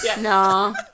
No